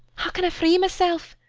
how can i free myself?